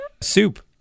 Soup